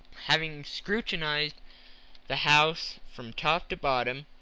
having scrutinised the house from top to bottom,